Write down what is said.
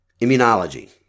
immunology